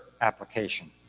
application